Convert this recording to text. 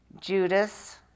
Judas